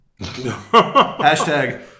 Hashtag